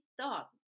thought